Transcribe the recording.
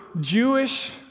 Jewish